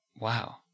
wow